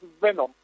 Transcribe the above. venom